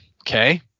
Okay